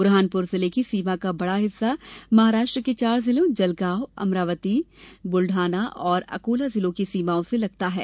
बुरहानपुर जिले की सीमा का बड़ा हिस्सा महाराष्ट्र के चार जिलों जलगांव अमरावती बुलढाना और अकोला जिलों की सीमाओं से लगता है